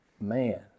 man